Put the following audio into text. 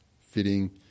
fitting